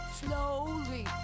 slowly